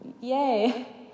Yay